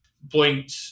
blinked